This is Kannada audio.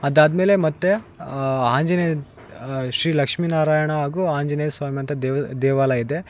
ಅದಾದಮೇಲೆ ಮತ್ತು ಆಂಜನೇಯ ಶ್ರೀ ಲಕ್ಷ್ಮಿ ನಾರಾಯಣ ಹಾಗು ಆಂಜನೇಯ ಸ್ವಾಮಿ ಅಂತ ದೇವ ದೇವಾಲಯ ಇದೆ